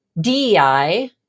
DEI